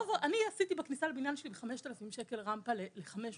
אני עשיתי בכניסה לבניין שלי רמפה ב-5,000 שקלים לחמש מדרגות.